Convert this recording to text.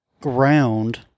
ground